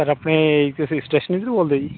sir ਆਪਣੇ ਤੁਸੀਂ stationery ਤੋਂ ਬੋਲਦੇ ਜੀ